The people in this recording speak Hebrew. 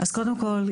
קודם כל,